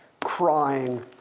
crying